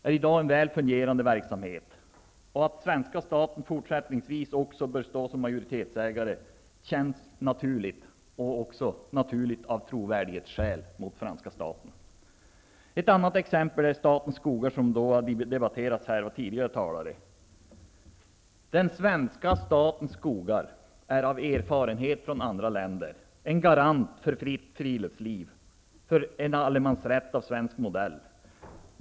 Det är en väl fungerande verksamhet, och att svenska staten även fortsättningsvis bör stå som majoritetsägare känns naturligt och också angeläget av trovärdighetsskäl gentemot franska staten. Ett annat exempel är statens skogar, som har debatterats tidigare här. Den svenska statens skogar är, vilket erfarenheter från andra länder visar, en garant för ett fritt friluftsliv, en allemansrätt av svensk modell.